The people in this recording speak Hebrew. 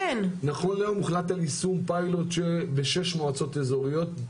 נכון להיום הוחלט על יישום פיילוט בשש מועצות אזוריות.